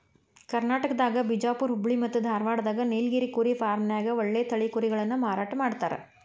ಕರ್ನಾಟಕದಾಗ ಬಿಜಾಪುರ್ ಹುಬ್ಬಳ್ಳಿ ಮತ್ತ್ ಧಾರಾವಾಡದಾಗ ನೇಲಗಿರಿ ಕುರಿ ಫಾರ್ಮ್ನ್ಯಾಗ ಒಳ್ಳೆ ತಳಿ ಕುರಿಗಳನ್ನ ಮಾರಾಟ ಮಾಡ್ತಾರ